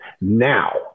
now